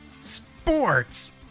Sports